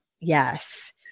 yes